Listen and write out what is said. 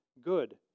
good